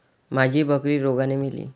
माझी बकरी रोगाने मेली